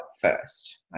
first